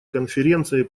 конференцией